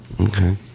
Okay